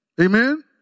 Amen